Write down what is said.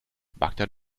bagdad